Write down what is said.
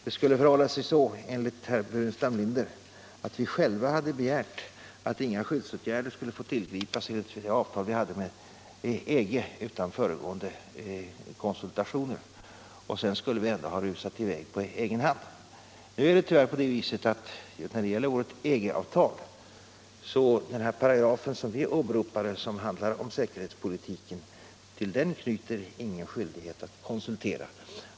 Det skulle förhålla sig så enligt herr Burenstam Linder, att vi själva begärt att inga skyddsåtgärder skulle få tillgripas utan föregående konsultationer enligt det avtal vi hade med EG och att vi sedan ändå skulle ha rusat i väg på egen hand. Nu är det tyvärr så att till den paragraf som handlar om säkerhetspolitiken är inte knuten någon skyldighet att konsultera.